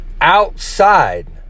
outside